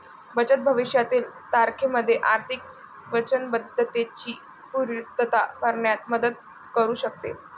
बचत भविष्यातील तारखेमध्ये आर्थिक वचनबद्धतेची पूर्तता करण्यात मदत करू शकते